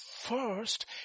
first